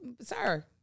Sir